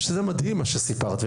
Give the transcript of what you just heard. וזה מדהים מה שסיפרת,